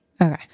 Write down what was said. Okay